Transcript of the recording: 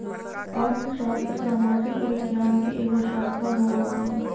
अर्थशास्त्र सामाजिक विज्ञान के एगो शाखा होबो हइ